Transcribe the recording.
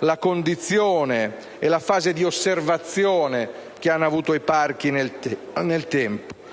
la condizione e la fase di osservazione che hanno avuto i parchi nel tempo.